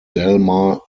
delmar